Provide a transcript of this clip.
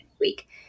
week